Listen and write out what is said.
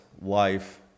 life